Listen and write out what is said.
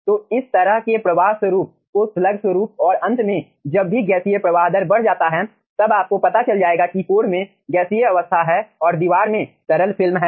तो इस तरह के प्रवाह स्वरूप को स्लग स्वरूप और अंत में जब भी गैसीय प्रवाह दर बढ़ जाता है तब आपको पता चल जाएगा कि कोर में गैसीय अवस्था हैं और दीवार में तरल फिल्म हैं